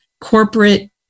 corporate